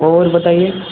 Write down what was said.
اور بتائیے